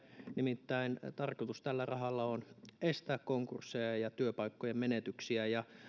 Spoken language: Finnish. nimittäin tarkoitus tällä rahalla on estää konkursseja ja ja työpaikkojen menetyksiä ja